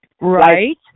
Right